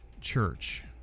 Church